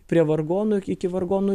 prie vargonų iki vargonų